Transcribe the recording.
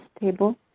table